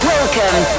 Welcome